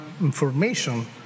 information